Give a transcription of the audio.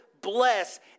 bless